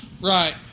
Right